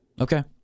Okay